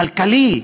כלכלי,